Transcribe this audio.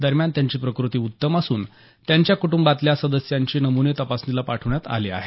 दरम्यान त्यांची प्रकृती उत्तम असून त्यांच्या कुटुंबातल्या सदस्यांचेही नमुने तपासणीला पाठवण्यात आले आहेत